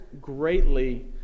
greatly